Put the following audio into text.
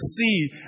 see